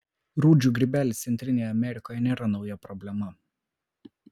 rūdžių grybelis centrinėje amerikoje nėra nauja problema